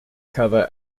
cover